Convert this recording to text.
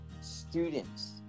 students